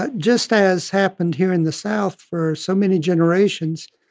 ah just as happened here in the south for so many generations,